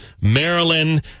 Maryland